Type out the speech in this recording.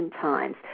times